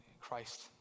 Christ